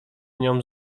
nią